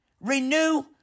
Renew